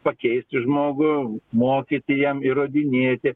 pakeisti žmogų mokyti jam įrodinėti